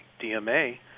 DMA